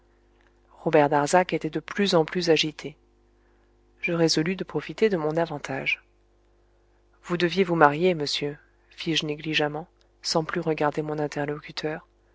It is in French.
robert darzac était de plus en plus agité je résolus de profiter de mon avantage vous deviez vous marier monsieur fis-je négligemment sans plus regarder mon interlocuteur